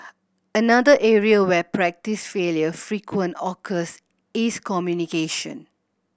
another area where practice failure frequent occurs is communication